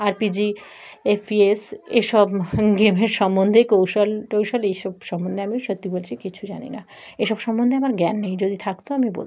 R P G A P S এসব গেমের সম্বন্ধে কৌশল টৌশল এইসব সম্বন্ধে আমি সত্যি বলছি কিছু জানি না এসব সম্বন্ধে আমার জ্ঞান নেই যদি থাকতো আমি বলি